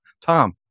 Tom